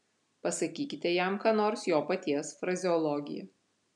pasakykite jam ką nors jo paties frazeologija